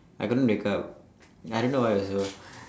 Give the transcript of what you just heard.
I couldn't wake up I don't know why also